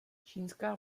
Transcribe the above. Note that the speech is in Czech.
čínská